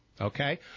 Okay